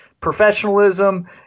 professionalism